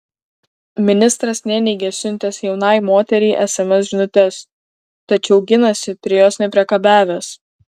ministras neneigia siuntęs jaunai moteriai sms žinutes tačiau ginasi prie jos nepriekabiavęs